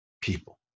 people